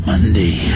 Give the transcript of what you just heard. Monday